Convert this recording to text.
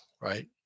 right